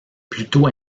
plutôt